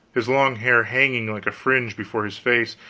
his long hair hanging like a fringe before his face,